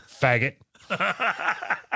Faggot